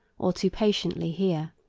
or too patiently hear.